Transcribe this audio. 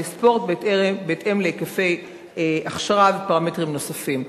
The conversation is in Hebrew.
ספורט בהתאם להיקפי הכשרה ופרמטרים נוספים.